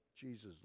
Jesus